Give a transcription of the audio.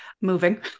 moving